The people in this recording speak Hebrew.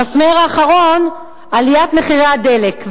המסמר האחרון: עליית מחירי הדלק.